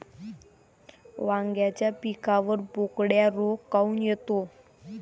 वांग्याच्या पिकावर बोकड्या रोग काऊन येतो?